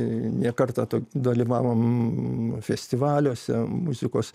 ne kartą dalyvavom festivaliuose muzikos